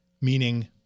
meaning